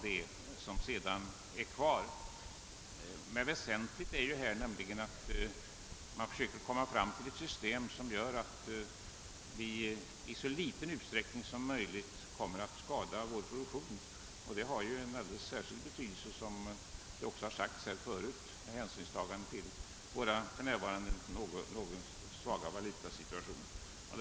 Det är väsentligt att vi försöker komma fram till ett system som i så liten utsträckning som möjligt skadar vår produktion; detta har särskild betydelse för vår för närvarande något svaga valutasituation.